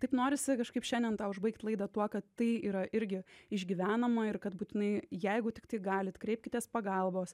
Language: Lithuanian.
taip norisi kažkaip šiandien tą užbaigt laidą tuo kad tai yra irgi išgyvenama ir kad būtinai jeigu tiktai galit kreipkitės pagalbos